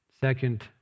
Second